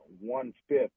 one-fifth